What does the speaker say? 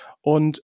Und